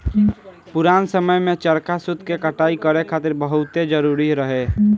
पुरान समय में चरखा सूत के कटाई करे खातिर बहुते जरुरी रहे